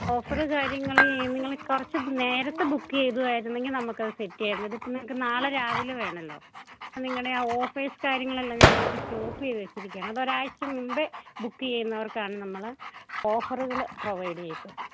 offer കാര്യങ്ങള് നിങ്ങള് കുറച്ചു നേരത്തേ ബുക്കെയ്തതായിരുന്നെങ്കില് നമുക്കത് സെറ്റെയ്യാമായിരുന്നു ഇതിപ്പോള് നിങ്ങള്ക്കു നാളെ രാവിലെ വേണമല്ലോ അപ്പോള് നിങ്ങളുടെ ആ ഓഫേഴ്സ് കാര്യങ്ങളെല്ലാം ഞങ്ങളിപ്പോള് സ്റ്റോപ്പെയ്തുവച്ചിരിക്കുകയാണ് അതൊരാഴ്ച മുമ്പേ ബുക്കേയ്യുന്നവർക്കാണ് നമ്മള് ഓഫറുകള് പ്രൊവൈഡേയ്യുന്നത്